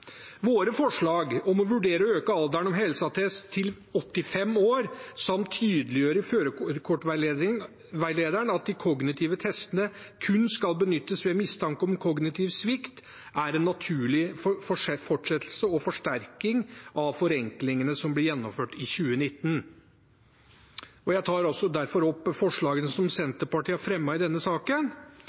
Våre forslag om å vurdere å øke alderen for helseattest til 85 år, samt tydeliggjøre i Førerkortveilederen at de kognitive testene kun skal benyttes ved mistanke om kognitiv svikt, er en naturlig fortsettelse og forsterkning av forenklingene som ble gjennomført i 2019. Jeg tar derfor opp forslagene som Senterpartiet har fremmet i denne saken.